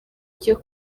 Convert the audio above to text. cyo